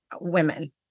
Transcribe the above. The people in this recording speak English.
women